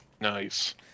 Nice